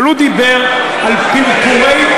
אבל הוא דיבר על פרפורי,